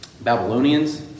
Babylonians